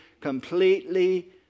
completely